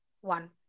One